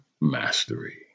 Mastery